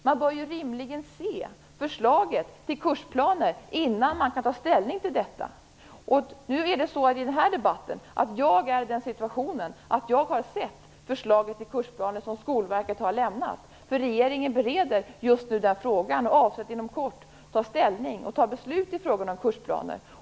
Man bör ju rimligen se förslaget till kursplaner innan man kan ställning till detta. Jag har nu sett det förslag till kursplaner som Skolverket har lämnat, eftersom regeringen just nu bereder frågan och inom kort avser att ta ställning och fatta beslut i frågan om kursplaner.